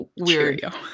weird